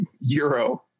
Euro